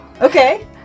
Okay